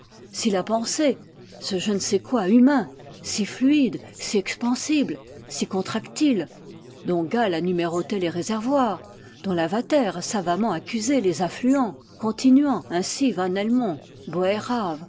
si la pensée ce je ne sais quoi humain si fluide si expansible si contractile dont gall a numéroté les réservoirs dont lavater a savamment accusé les affluents continuant ainsi van